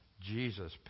Jesus